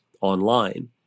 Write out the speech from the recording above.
online